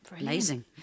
amazing